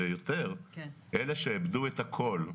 ביותר, אלה שאיבדו את הכול,